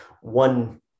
one